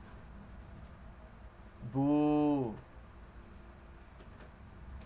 !boo!